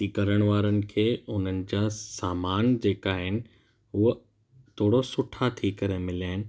खेती करण वारनि खे उन्हनि जा सामान जेका आहिनि हूअ थोरा सुठा थी करे मिलिया आहिनि